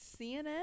CNN